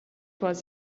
was